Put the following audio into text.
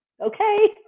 okay